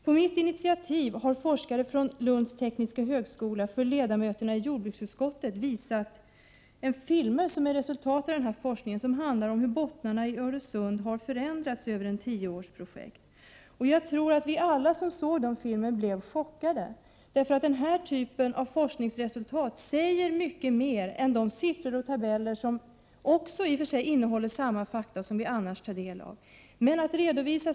På mitt initiativ har forskare från Lunds tekniska högskola för ledamöterna i jordbruksutskottet visat de filmer som är resultatet av denna forskning, som handlar om hur botten i Öresund har förändrats under en tioårsperiod. Jag tror att vi alla som såg dessa filmer blev chockade. Denna typ av forskningsresultat säger mycket mer än de siffror och tabeller som i och för sig kan innehålla samma fakta som vi annars tar del av.